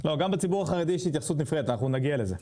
גם בציבור החרדי יש התייחסות, אנחנו נגיע לזה.